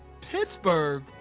pittsburgh